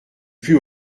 plus